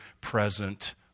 present